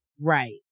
right